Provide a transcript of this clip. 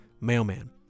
mailman